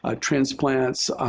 ah transplants,